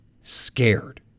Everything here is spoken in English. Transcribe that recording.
scared